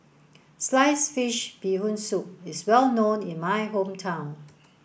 sliced fish bee hoon soup is well known in my hometown